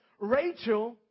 Rachel